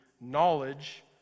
knowledge